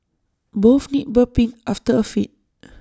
both need burping after A feed